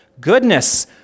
goodness